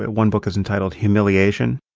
ah one book is entitled humiliation,